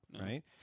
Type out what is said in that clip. right